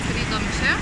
skridom čia